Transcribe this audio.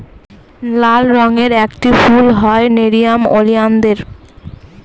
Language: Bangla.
লাল রঙের একটি ফুল হয় নেরিয়াম ওলিয়ানদের